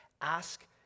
Ask